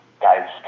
guys